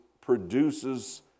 produces